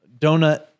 Donut